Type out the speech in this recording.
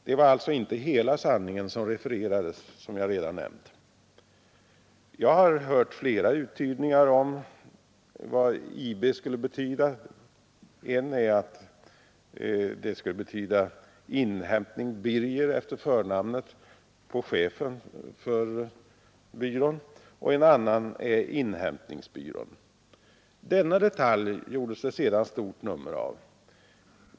Det var alltså inte hela sanningen som refererades som jag redan nämnt. Jag har hört flera uttydningar om vad IB skulle betyda, en att det skulle betyda Inhämtning Birger efter förnamnet på chefen för byrån och en annan Inhämtningsbyrån. Denna detalj gjordes det sedan stort nummer av.